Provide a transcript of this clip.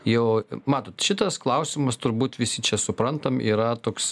jau matot šitas klausimas turbūt visi čia suprantam yra toks